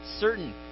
certain